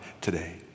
today